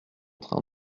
train